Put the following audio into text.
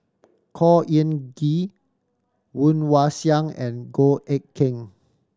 Khor Ean Ghee Woon Wah Siang and Goh Eck Kheng